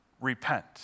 repent